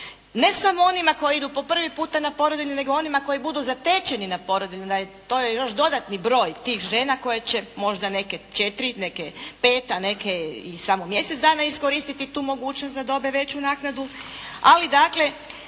ne samo onima koji idu po prvi puta na porodiljni nego onima koji budu zatečeni na porodiljnom, to je još dodatni broj tih žena koje će, možda neke četiri, neke pet a neke i samo mjesec dana iskoristiti tu mogućnost da dobe veću naknadu.